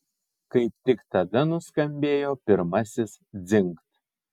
kaip tik tada nuskambėjo pirmasis dzingt